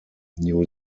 new